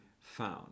found